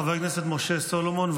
חבר הכנסת משה סולומון,